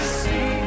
see